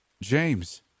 James